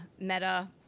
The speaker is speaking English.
meta